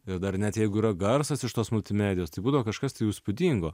ir dar net jeigu yra garsas iš tos multimedijos tai būdavo kažkas jau įspūdingo